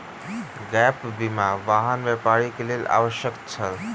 gap बीमा, वाहन व्यापारी के लेल आवश्यक छल